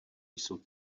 jsou